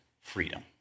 freedom